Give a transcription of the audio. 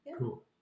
cool